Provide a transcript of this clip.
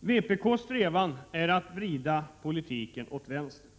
Vpk:s strävan är att vrida politiken åt vänster.